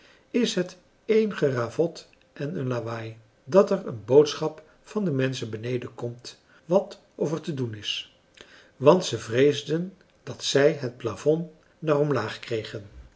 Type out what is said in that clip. is het een geravot en een lawaai dat er een boodschap van de menschen beneden komt wat of er te doen is want ze vreesden dat zij het plafond naar omlaag kregen